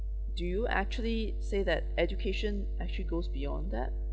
do you actually say that education actually goes beyond that